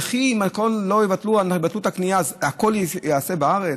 וכי אם יבטלו את הקנייה אז הכול ייעשה בארץ?